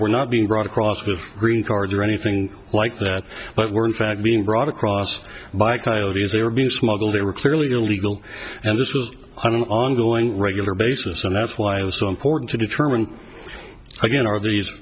were not being brought across the green card or anything like that but were tracked being brought across by coyotes they were being smuggled they were clearly illegal and this was an ongoing regular basis and that's why it was so important to determine again are these